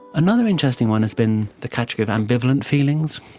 another interesting one has been the category of ambivalent feelings.